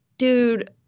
dude